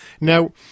now